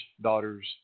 daughters